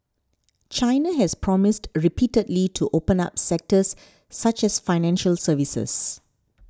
China has promised repeatedly to open up sectors such as financial services